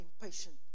impatient